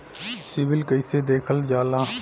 CIBIL कैसे देखल जाला?